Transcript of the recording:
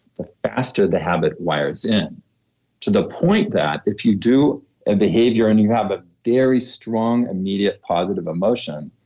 the faster the habit wires in to the point that if you do and behavior and you have a very strong immediate positive emotion,